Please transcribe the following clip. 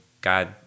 God